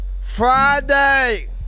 friday